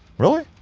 really?